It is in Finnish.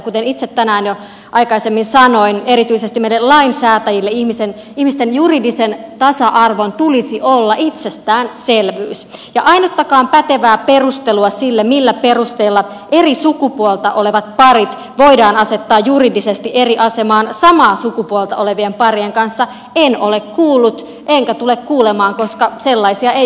kuten itse tänään jo aikaisemmin sanoin erityisesti meille lainsäätäjille ihmisten juridisen tasa arvon tulisi olla itsestäänselvyys ja ainuttakaan pätevää perustelua sille millä perusteella eri sukupuolta olevat parit voidaan asettaa juridisesti eri asemaan samaa sukupuolta olevien parien kanssa en ole kuullut enkä tule kuulemaan koska sellaisia ei yksinkertaisesti ole